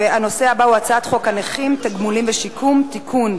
הנושא הבא הוא הצעת חוק הנכים (תגמולים ושיקום) (תיקון,